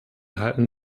halten